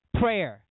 prayer